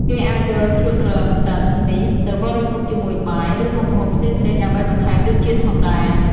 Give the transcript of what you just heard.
គេអាចយកជ្រក់ត្រលឹងទឹងនេះទៅបរិភោគជាមួយបាយ ឬមុខម្ហូបផ្សេងៗដើម្បីបន្ថែមរសជាតិផងដែរ។